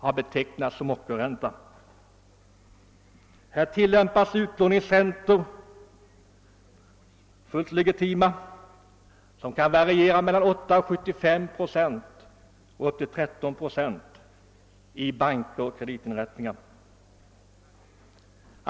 Här tillämpas nu fullt legitima utiåningsräntor, som kan variera mellan 8,75 och 13 procent i banker och kreditinrättningar.